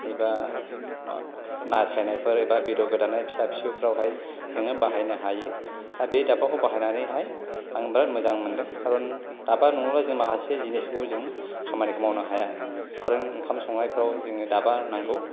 एबा मा ना सायनायफोर एबा बेदर गोदानाय फिसा फिसौफ्रावहाय जोङो बाहायनो हायो दा बे दाबाखौ बाहायनानैहाय आं बिराद मोजां मोनदों कारन दाबा नङाबा जों माखासे जिनिसखौहाय जों खामानिखौ मावनो हाया कारन ओंखाम संनायफोराव जोङो दाबा नांगौ